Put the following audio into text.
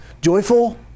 joyful